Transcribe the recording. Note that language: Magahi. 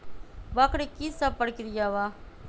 वक्र कि शव प्रकिया वा?